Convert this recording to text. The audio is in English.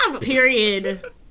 Period